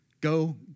go